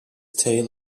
tale